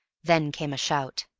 then came a shout.